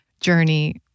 journey